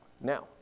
now